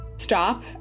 stop